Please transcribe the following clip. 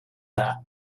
that